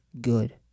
good